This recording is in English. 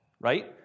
Right